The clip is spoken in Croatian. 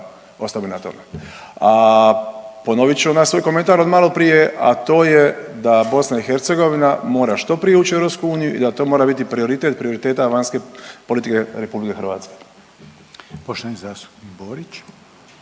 ostao bi na tome. A ponovit ću onaj svoj komentar od malo prije, a to je da BiH mora što prije ući u EU i da to mora biti prioritet prioriteta vanjske politike RH. **Reiner, Željko (HDZ)** Poštovani zastupnik Borić.